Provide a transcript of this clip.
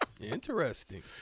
Interesting